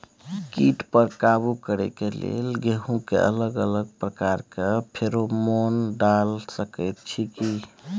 कीट पर काबू करे के लेल गेहूं के अलग अलग प्रकार के फेरोमोन डाल सकेत छी की?